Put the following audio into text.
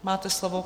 Máte slovo.